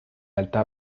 alta